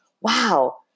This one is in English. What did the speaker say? wow